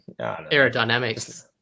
Aerodynamics